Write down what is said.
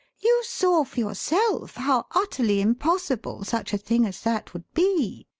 you saw for yourself how utterly impossible such a thing as that would be.